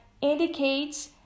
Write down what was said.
indicates